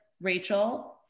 Rachel